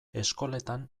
eskoletan